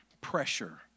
pressure